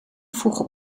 vroegen